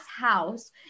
house